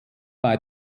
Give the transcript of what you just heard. bei